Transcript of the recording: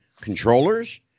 controllers